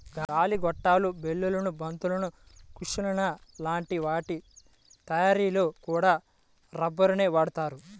గాలి గొట్టాలు, బెలూన్లు, బంతులు, కుషన్ల లాంటి వాటి తయ్యారీలో కూడా రబ్బరునే వాడతారు